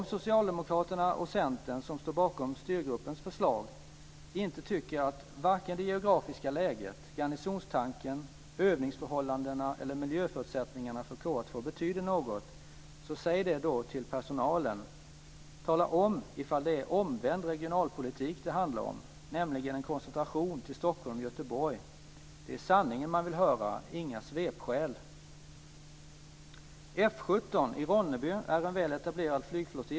Om socialdemokraterna och centern, som står bakom styrgruppens förslag, inte tycker att vare sig geografiska läget, garnisonstanken, övningsförhållandena eller miljöförutsättningarna för KA 2 betyder något, så säg då det till personalen. Tala om ifall det är omvänd regionalpolitik det handlar om, nämligen en koncentration till Stockholm och Göteborg. Det är sanningen man vill höra, inga svepskäl.